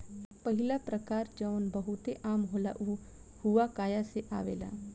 पहिला प्रकार जवन बहुते आम होला उ हुआकाया से आवेला